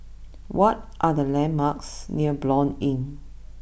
what are the landmarks near Blanc Inn